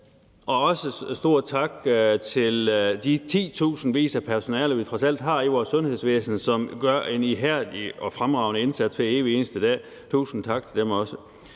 Og også en stor tak til de titusindvis af personaler, vi trods alt har i vores sundhedsvæsen, og som gør en ihærdig og fremragende indsats hver evig eneste dag – tusind tak til dem.